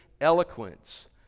eloquence